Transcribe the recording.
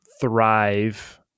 thrive